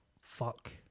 Fuck